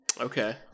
Okay